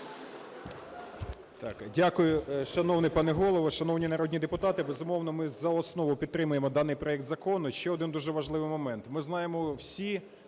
Дякую. Шановний пане Голово, шановні народні депутати, безумовно, ми за основу підтримаємо даний проект закону. Ще один дуже важливий момент. Ми знаємо всі